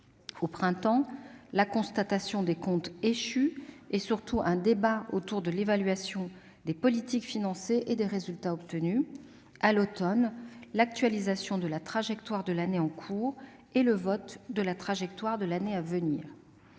au printemps, la constatation des comptes échus et, surtout, un débat autour de l'évaluation des politiques financées et des résultats obtenus, et, à l'automne, l'actualisation de la trajectoire de l'année en cours et le vote de la trajectoire de l'année à venir.